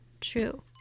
True